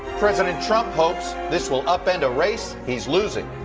president trump hopes this will up end a race hes losing,